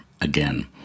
again